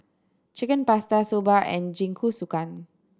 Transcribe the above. Chicken Pasta Soba and Jingisukan